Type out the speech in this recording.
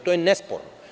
To je nesporno.